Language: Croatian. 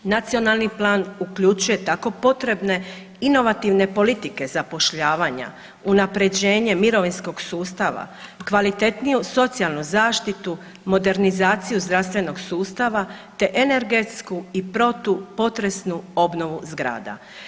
Nacionalni plan uključuje tako potrebne inovativne politike zapošljavanja, unaprjeđenje mirovinskog sustava, kvalitetniju socijalnu zaštitu, modernizaciju zdravstvenog sustava te energetsku i protupotresnu obnovu zgrada.